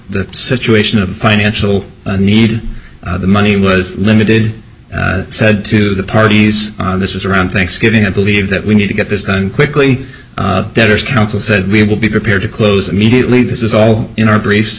the situation of financial need the money was limited said to the parties this is around thanksgiving i believe that we need to get this done quickly debtors council said we will be prepared to close immediately this is all in our briefs